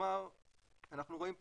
כלומר אנחנו רואים פה,